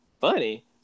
funny